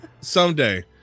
Someday